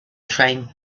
train